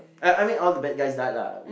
yeah I mean all the bad guys died lah